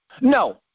No